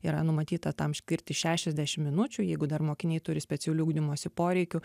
yra numatyta tam skirti šešiasdešimt minučių jeigu dar mokiniai turi specialių ugdymosi poreikių